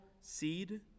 seed